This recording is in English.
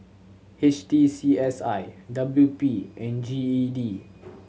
H T C S I W P and G E D